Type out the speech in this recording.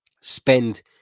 spend